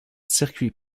circuits